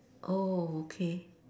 oh okay